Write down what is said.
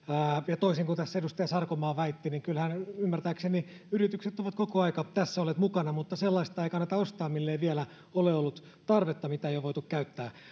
ja toisin kuin edustaja sarkomaa väitti niin kyllähän ymmärtääkseni yritykset ovat koko ajan tässä olleet mukana mutta sellaista ei kannata ostaa mille ei vielä ole ollut tarvetta mitä ei ole voitu käyttää